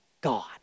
God